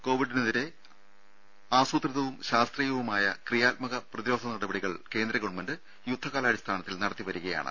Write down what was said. കോവിഡിനെതിരെ ആസൂത്രിതവും ശാസ്ത്രീയവുമായ ക്രിയാത്മക പ്രതിരോധ നടപടികൾ കേന്ദ്രം യുദ്ധകാല അടിസ്ഥാനത്തിൽ നടത്തിവരികയാണ്